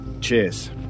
Cheers